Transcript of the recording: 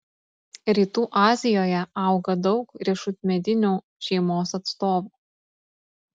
rytų azijoje auga daug riešutmedinių šeimos atstovų